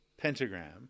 Pentagram